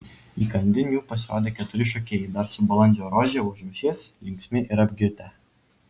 įkandin jų pasirodė keturi šokėjai dar su balandžio rože už ausies linksmi ir apgirtę